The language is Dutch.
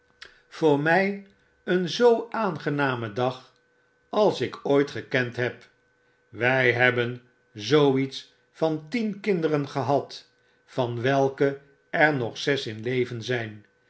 mijn negentiende een zoo aangename dag als ikooitgekendheb wfl hebben zoo iets van tien kinderen gehad van welke er nog zes in leven zgn